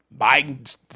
Biden